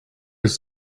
its